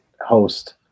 host